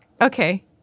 Okay